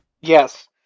Yes